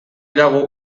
dago